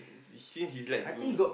since he's like to